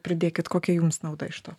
pridėkit kokia jums nauda iš to